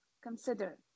consider